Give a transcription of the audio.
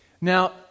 Now